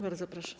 Bardzo proszę.